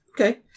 Okay